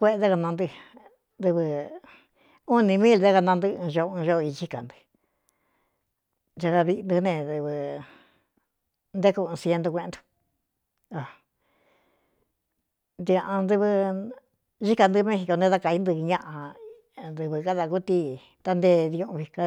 kueꞌe nté kana ntɨ́ dɨvɨ un nī míil dé kanantɨ́ꞌɨn co uun ñóꞌo ichí ka ntɨ cha kaviꞌntɨ́ ne dɨvɨ ntéku ɨn sientu kueꞌéntuntiꞌan dɨvɨ cíí ka ntɨ méxico ne dá kaí ntɨ ñaꞌa dɨvɨ kádā kutíi tántee diuuꞌvi ka.